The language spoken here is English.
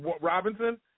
Robinson